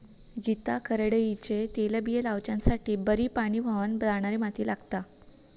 गीता करडईचे तेलबिये लावच्यासाठी बरी पाणी व्हावन जाणारी माती लागता